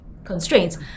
Constraints